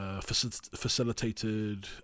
facilitated